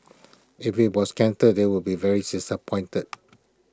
if IT was cancelled they would be very disappointed